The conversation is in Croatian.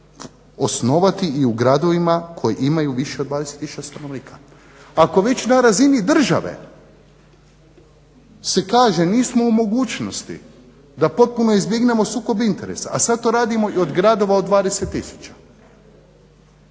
osnovati u gradovima koja imaju više od 20 tisuća stanovnika. Ako već na razini države se kaže nismo u mogućnosti da potpuno izbjegnemo sukob interesa, a sada to radimo od gradova od 20